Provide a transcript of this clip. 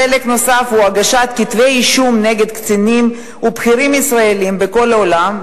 חלק נוסף הוא הגשת כתבי-אישום נגד קצינים ובכירים ישראלים בכל העולם,